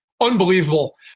Unbelievable